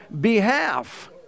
behalf